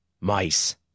Mice